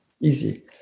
easy